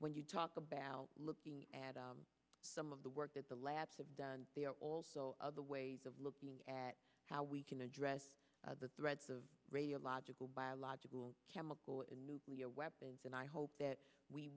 when you talk about looking at some of the work that the labs have done there are also other ways of looking at how we can address the threats of radiological biological chemical and nuclear weapons and i hope that we